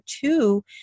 two